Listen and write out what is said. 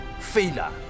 failure